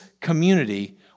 community